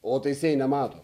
o teisėjai nemato